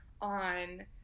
on